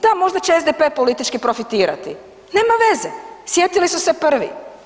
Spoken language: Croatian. Da, možda će SDP politički profitirati, nema veze, sjetili su se prvi.